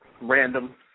random